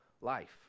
life